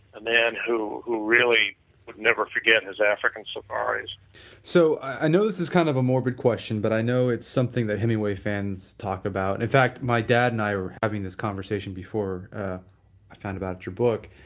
the man who who really would never forget and his african safaris so, i know this is kind of a morbid question but i know it's something that hemingway fans talk about. in fact, my dad and i were having this conversation before i found about your book.